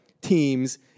teams